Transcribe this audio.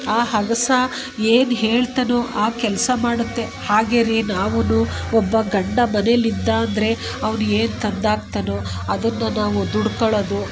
ಆ ಅಗಸ ಏನು ಹೇಳ್ತಾನೋ ಆ ಕೆಲಸ ಮಾಡುತ್ತೆ ಹಾಗೆ ರೀ ನಾವೂ ಒಬ್ಬ ಗಂಡ ಮನೆಯಲ್ಲಿ ಇದ್ದ ಅಂದರೆ ಅವನು ಏನು ತಂದು ಹಾಕ್ತಾನೋ ಅದನ್ನು ನಾವು ದುಡ್ಕೊಳ್ಳದು